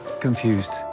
confused